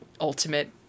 ultimate